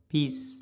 Peace